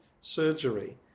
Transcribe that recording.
surgery